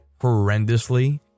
horrendously